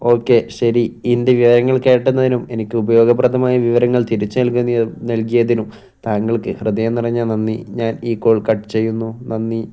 okay ശരി എൻ്റെ വിവരങ്ങൾ കേട്ടതിനും എനിക്ക് ഉപയോഗപ്രദമായ വിവരങ്ങൾ തിരിച്ച് നൽക നൽകിയതിനും താങ്കൾക്ക് ഹൃദയം നിറഞ്ഞ നന്ദി ഞാൻ ഈ കോൾ കട്ട് ചെയ്യുന്നു നന്ദി